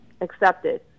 accepted